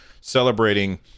celebrating